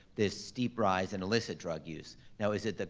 this steep rise in illicit drug use. now is it that,